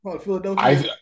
Philadelphia